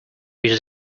used